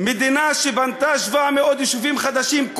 מדינה שבנתה 700 יישובים חדשים,